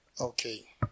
Okay